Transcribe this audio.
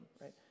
right